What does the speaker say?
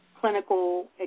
clinical